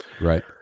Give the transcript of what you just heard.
Right